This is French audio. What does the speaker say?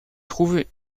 trouve